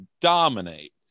dominate